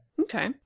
okay